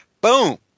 boom